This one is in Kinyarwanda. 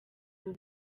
ubu